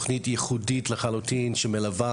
התוכנית היא תוכנית ייחודית לחלוטין אשר מלווה